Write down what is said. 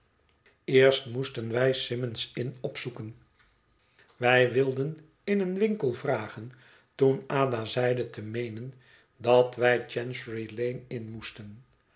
eerst moesten wijsymond'sinn opzoeken wij wilden in een winkel vragen toen ada zeide te meenen dat wij chancery lane in moesten